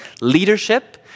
leadership